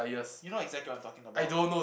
you know exactly what I'm talking about